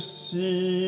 see